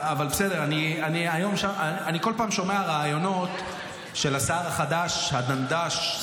אני כל פעם שומע ראיונות של השר החדש הדנדש,